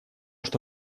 что